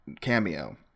cameo